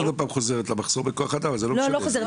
את עוד פעם חוזרת למחסור בכוח האדם וזה לא משנה.